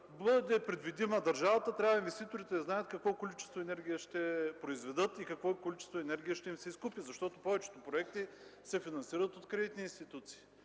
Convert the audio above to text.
бъде предвидима държавата, инвеститорите трябва да знаят какво количество енергия ще произведат и какво количество енергия ще им се изкупи, защото повечето проекти се финансират от кредитни институции